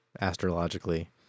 astrologically